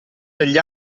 degli